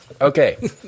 Okay